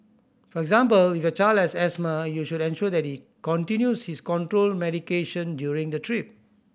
for example if your child has asthma you should ensure that he continues his control medication during the trip